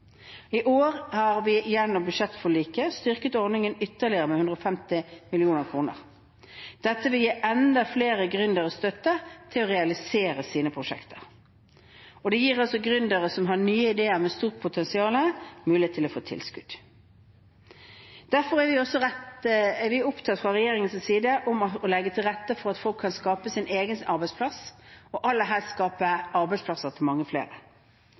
I år har vi gjennom budsjettforliket styrket ordningen med ytterligere 150 mill. kr. Dette vil gi enda flere gründere støtte til å realisere sine prosjekter. Det gir gründere som har nye ideer med stort potensial, mulighet til å få tilskudd. Derfor er vi fra regjeringens side opptatt av å legge til rette for at folk kan skape sin egen arbeidsplass, og aller helst skape arbeidsplasser til mange flere.